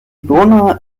bona